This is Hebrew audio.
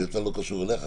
זה לא קשור אליך,